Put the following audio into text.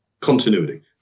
continuity